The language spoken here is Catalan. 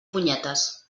punyetes